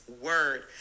word